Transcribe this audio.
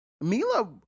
Mila